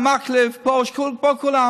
תפסיקו להסית.